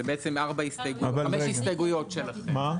זה בעצם חמש הסתייגויות שלכם.